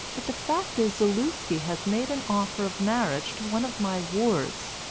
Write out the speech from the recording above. but the fact is zaluski has made an offer of marriage to one of my wards,